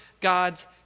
God's